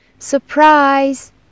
Surprise